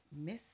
Miss